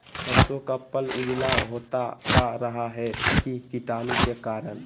सरसो का पल उजला होता का रहा है की कीटाणु के करण?